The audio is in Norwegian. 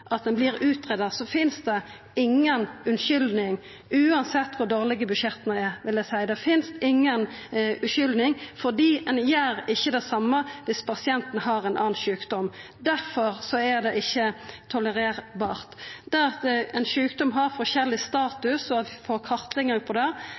finst det inga unnskyldning uansett kor dårlege budsjetta er, vil eg seia. Det finst inga unnskyldning, for ein gjer ikkje det same om pasienten har ein annan sjukdom. Difor kan vi ikkje tolerera det. Det at sjukdomar har